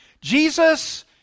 Jesus